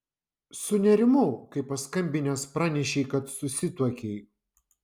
sunerimau kai paskambinęs pranešei kad susituokei